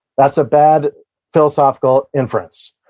that's a bad philosophical inference.